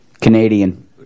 Canadian